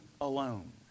alone